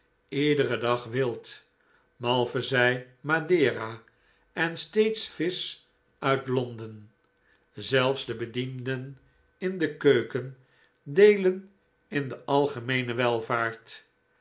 iederen dag wild malvezij madera en steeds visch uit londen zelfs de bedienden in de keuken deelen in de algemeene welvaart